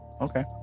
Okay